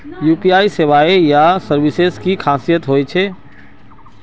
UPI सेवाएँ या services की खासियत की होचे?